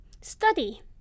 study